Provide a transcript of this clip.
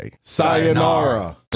Sayonara